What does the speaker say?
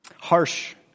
harsh